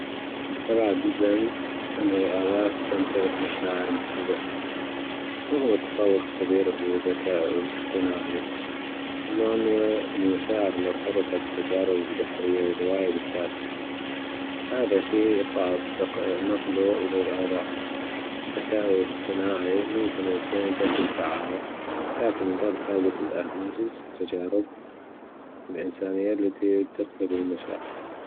مستبعد جدًا أنه الألات تملتلك مشاعر مثل البشر رغم التطور الكبير في الذكاء الصطناعي إلا أن المشاعر مرتبطة بالتجارب البشرية والوعي بالذات هذا شي صعب نقله إلى الآلات الذكاء الأصطناعي ممكن يكون ذكي وفعال لكن يظل فاجد الأحاسيس والتجارب الأنسانية التي تخلق المشاعر.